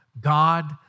God